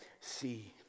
see